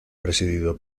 presidido